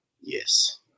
Yes